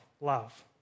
love